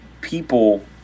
people